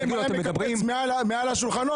אמסלם שמקפץ על השולחנות,